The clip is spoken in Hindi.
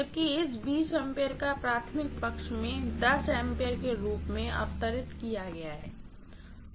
जबकि इस A का प्राइमरीसाइड में A के रूप में अवतरितकिया गया है और वह भी है